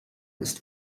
ist